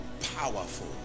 powerful